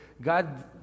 God